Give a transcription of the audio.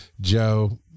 Joe